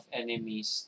enemies